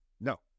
No